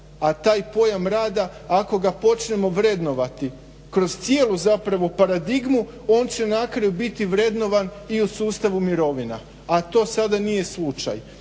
a taj pojam rada ako ga počnemo vrednovati kroz cijelu paradigmu on će na kraju biti vrednovan i u sustavu mirovina, a to sada nije slučaj.